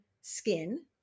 skin